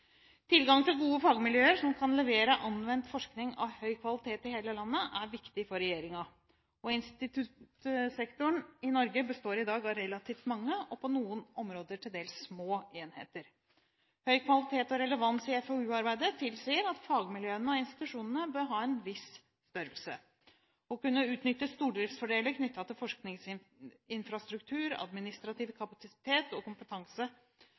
Tilgang til gode fagmiljøer som kan levere anvendt forskning av høy kvalitet i hele landet, er viktig for regjeringen. Instituttsektoren i Norge består i dag av relativt mange, og på noen områder til dels små, enheter. Høy kvalitet og relevans i FoU-arbeidet tilsier at fagmiljøene og institusjonene bør ha en viss størrelse. Å kunne utnytte stordriftsfordeler knyttet til forskningsinfrastruktur, administrativ kapasitet og kompetanse